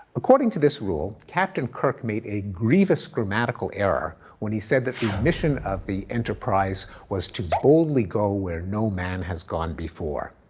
according to this rule, captain kirk made a grievous grammatical error when he said that the mission of the enterprise was to boldly go where no man has gone before.